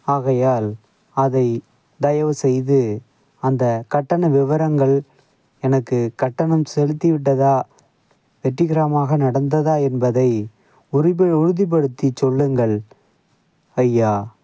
ஆகையால் அதை தயவு செய்து அந்தக் கட்டண விவரங்கள் எனக்கு கட்டணம் செலுத்திவிட்டதா வெற்றிகரமாக நடந்ததா என்பதை உறுப உறுதிப்படுத்திச் சொல்லுங்கள் ஐயா